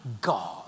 God